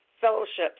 fellowships